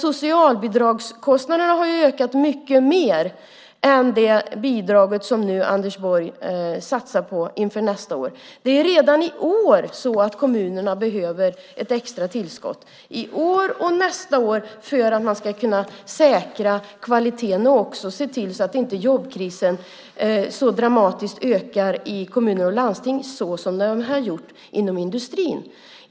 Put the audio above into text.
Socialbidragskostnaderna är högre än statsbidraget för nästa år. Både i år och nästa år behöver kommunerna ett extra tillskott för att kunna säkra kvaliteten och se till att jobbkrisen inte ökar lika dramatiskt i kommuner och landsting som den har gjort inom industrin.